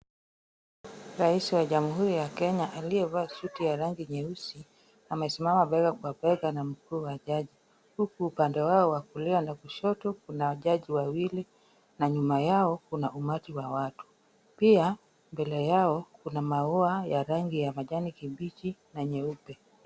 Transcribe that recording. Rais wa Jamhuri ya Kenya aliyevaa suti nyeusi, ameimama bega kwa bega na mkuu wa jaji, huku upande wao wa kulia na kushoto kuna jaji wawili na nyuma yao, kuna umati wa watu. Pia mbele yao, kuna maua ya rangi ya majani kibichi na nyeupe.